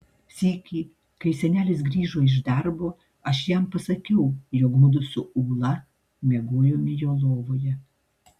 sykį kai senelis grįžo iš darbo aš jam pasakiau jog mudu su ūla miegojome jo lovoje